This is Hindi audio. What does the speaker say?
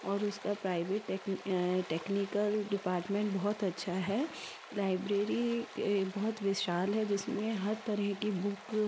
और उसका प्राइवेट टेक टेक्निकल डिपार्टमेंट बहुत अच्छा है लाइब्रेरी बहुत विशाल है जिसमें हर तरह की बुक